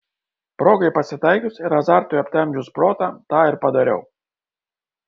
progai pasitaikius ir azartui aptemdžius protą tą ir padariau